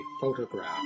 photograph